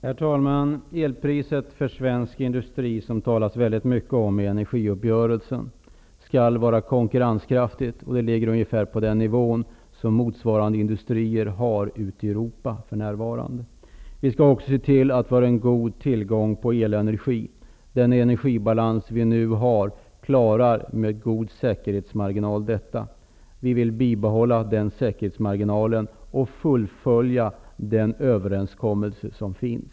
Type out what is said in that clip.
Herr talman! Elpriset för svensk industri, som det talas väldigt mycket om i energiuppgörelsen, skall vara konkurrenskraftigt. Det ligger ungefär på den nivå som motsvarande industrier ute i Europa för närvarande har. Vi skall också se till att vi har god tillgång på elenergi. Den energibalans som vi nu har klarar med god säkerhetsmarginal detta. Vi vill bibehålla den säkerhetsmarginalen och fullfölja den överenskommelse som finns.